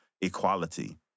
equality